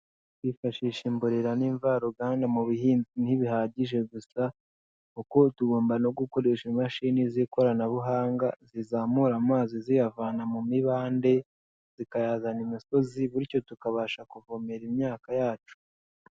Kwifashisha imborera n'imvaruganda, ntibihagije gusa kuko tugomba no gukoresha imashini z'ikoranabuhanga zizamura amazi, ziyavana mu mibande zikayazana imusozi, bityo tukabasha kuvomera imyaka yacu.